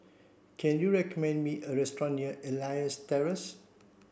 can you recommend me a restaurant near Elias Terrace